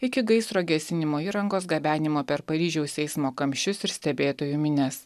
iki gaisro gesinimo įrangos gabenimo per paryžiaus eismo kamščius ir stebėtojų minias